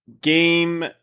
game